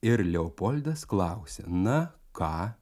ir leopoldas klausia na ką